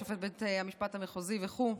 שופט בית המשפט המחוזי וכו'.